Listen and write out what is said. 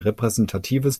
repräsentatives